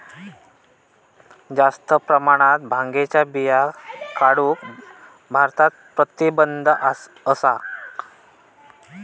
जास्त प्रमाणात भांगेच्या बिया काढूक भारतात प्रतिबंध असा